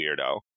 weirdo